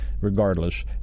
regardless